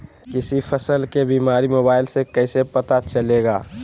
किसी फसल के बीमारी मोबाइल से कैसे पता चलेगा?